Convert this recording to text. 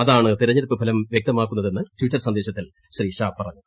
അതാണ് തെരഞ്ഞെടുപ്പ് ഫലം വ്യക്തമാക്കുന്നതെന്ന് ട്ിറ്റർ സന്ദേശത്തിൽ ശ്രീ ഷാ പറഞ്ഞു